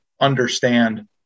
understand